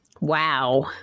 Wow